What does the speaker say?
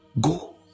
go